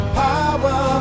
power